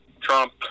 Trump